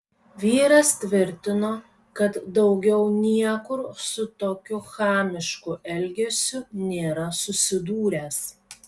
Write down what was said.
vyras tvirtino kad daugiau niekur su tokiu chamišku elgesiu nėra susidūręs